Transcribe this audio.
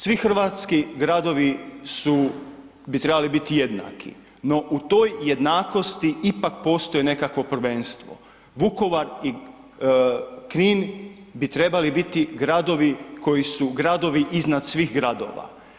Svi hrvatski gradovi su, bi trebali biti jednaki, no u toj jednakosti ipak postoji nekakvo prvenstvo, Vukovar i Knin bi trebali biti gradovi koji su gradovi iznad svih gradova.